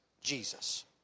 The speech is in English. Jesus